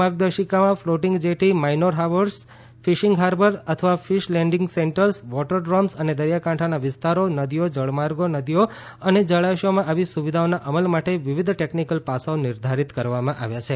માર્ગદર્શિકામાં floating jetty minor harbours fishing harbour અથવા fish landing centres waterdromes અને દરિયાકાંઠાના વિસ્તારો નદીઓ જળમાર્ગો નદીઓ અને જળાશયોમાં આવી સુવિધાઓના અમલ માટે વિવિધ ટેકનીકલ પાસાંઓ નિર્ધારિત કરવામાં આવ્યા છે